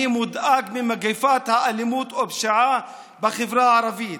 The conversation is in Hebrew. מודאג ממגפת האלימות והפשיעה בחברה הערבית.